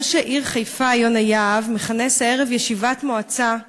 ראש העיר חיפה יונה יהב מכנס הערב ישיבת מועצה,